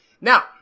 now